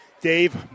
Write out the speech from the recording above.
Dave